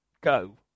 go